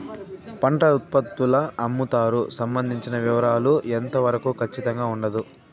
పంట ఉత్పత్తుల అమ్ముతారు సంబంధించిన వివరాలు ఎంత వరకు ఖచ్చితంగా ఉండదు?